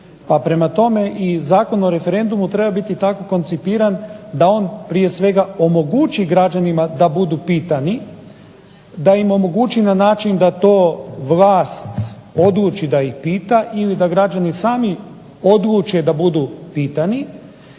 prema tome i Zakon o referendumu treba biti tako koncipiran da on prije svega omogući građanima da budu pitani, da im omogući na način da to vlast odluči da ih pita ili da građani sami odluče da budu pitani.